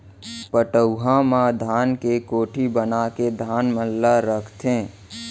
पटउहां म धान के कोठी बनाके धान मन ल रखथें